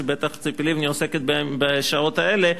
ובטח ציפי לבני עוסקת בו בשעות האלה,